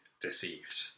deceived